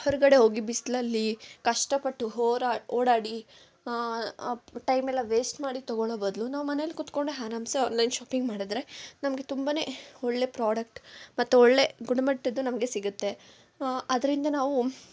ಹೊರಗಡೆ ಹೋಗಿ ಬಿಸಿಲಲ್ಲಿ ಕಷ್ಟಪಟ್ಟು ಹೊರಾ ಓಡಾಡಿ ಟೈಮೆಲ್ಲ ವೇಸ್ಟ್ ಮಾಡಿ ತೊಗೊಳ್ಳೊ ಬದಲು ನಾವು ಮನೆಯಲ್ಲು ಕೂತ್ಕೊಂಡೆ ಆರಾಮ್ಸೆ ಆನ್ಲೈನ್ ಶಾಪಿಂಗ್ ಮಾಡಿದ್ರೆ ನಮಗೆ ತುಂಬಾನೆ ಒಳ್ಳೆ ಪ್ರಾಡಕ್ಟ್ ಮತ್ತು ಒಳ್ಳೆ ಗುಣಮಟ್ಟದ್ದು ನಮಗೆ ಸಿಗುತ್ತೆ ಅದ್ರಿಂದ ನಾವು